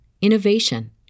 innovation